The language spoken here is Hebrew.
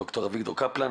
ד"ר אביגדור קפלן,